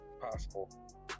Possible